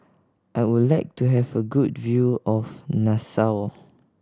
I would like to have a good view of Nassau